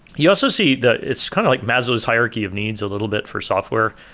you also see that it's kind of like maslow's hierarchy of needs a little bit for software.